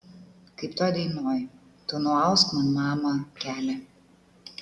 kaip toj dainoj tu nuausk man mama kelią